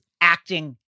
acting